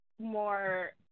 more